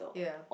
ya